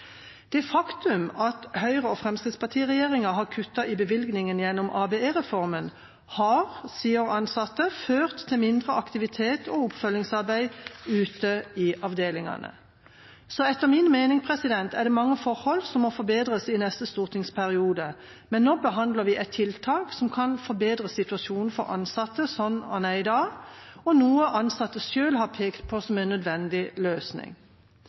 Det faktum at Høyre–Fremskrittsparti-regjeringa har kuttet i bevilgningen gjennom ABE-reformen, har, sier ansatte, ført til mindre aktivt oppfølgingsarbeid ute i avdelingene. Så etter min mening er det mange forhold som må forbedres i neste stortingsperiode, men nå behandler vi et tiltak som kan forbedre situasjonen for ansatte slik den er i dag – noe de ansatte selv har pekt på som en nødvendig løsning.